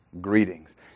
Greetings